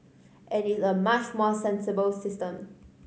and it's a much more sensible system